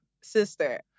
Sister